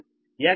10 p